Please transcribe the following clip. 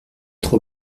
trop